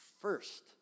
first